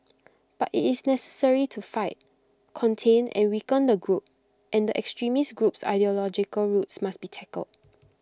but IT is necessary to fight contain and weaken the group and the extremist group's ideological roots must be tackled